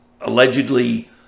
allegedly